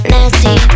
Nasty